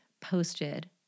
posted